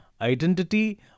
identity